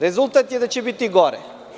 Rezultat je da će biti gore.